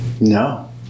no